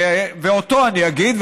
ואותו אני אגיד,